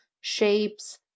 shapes